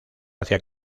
hacia